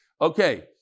Okay